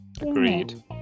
Agreed